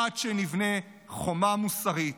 עד שנבנה חומה מוסרית,